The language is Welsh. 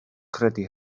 credu